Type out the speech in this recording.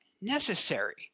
necessary